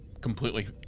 completely